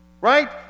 right